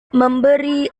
memberi